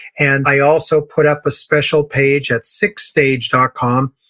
and i also put up a special page at sixthstage dot com,